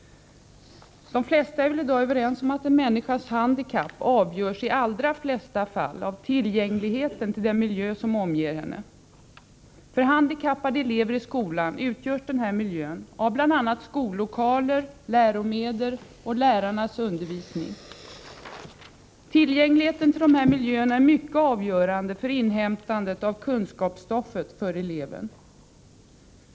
De flesta är väl i dag överens om att en människas handikapp i de allra flesta fall avgörs av tillgängligheten till den miljö som omger henne. För handikappade elever i skolan utgörs den här miljön av bl.a. skollokaler, läromedel och lärarnas undervisnin” Tillgängligheten till dessa miljöer är avgörande för inhämtandet av kunskapsstoffet för eleven.